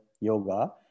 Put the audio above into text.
yoga